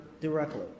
directly